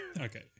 okay